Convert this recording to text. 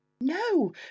no